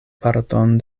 parton